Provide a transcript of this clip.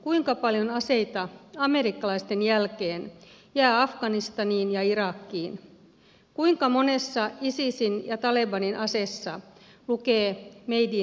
kuinka paljon aseita amerikkalaisten jälkeen jää afganistaniin ja irakiin kuinka monessa isisin ja talebanin aseessa lukee made in usa